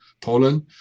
Poland